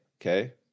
okay